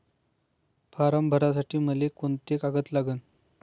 Form भरासाठी मले कोंते कागद लागन?